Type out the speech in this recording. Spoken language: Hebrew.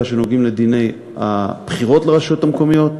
שנוגעים לדיני הבחירות לרשויות המקומיות.